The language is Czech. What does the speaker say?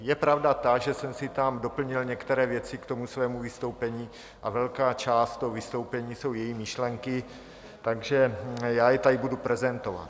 Je pravda, že jsem si tam doplnil některé věci k tomu svému vystoupení, a velká část toho vystoupení jsou její myšlenky, takže já je tady budu prezentovat.